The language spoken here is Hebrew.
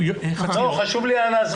לא, חשוב לי זמן הדיון.